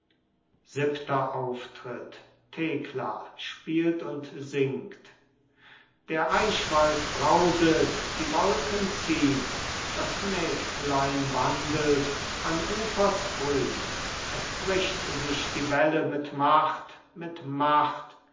siebenter auftritt thekla spielt und singt der eichwald brauset die wolken ziehn das mägdlein wandelt an ufers grün es bricht sich die welle mit macht mit macht